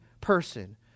person